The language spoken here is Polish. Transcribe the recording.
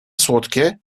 słodkie